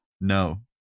no